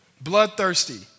bloodthirsty